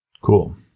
Cool